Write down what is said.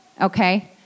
Okay